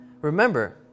Remember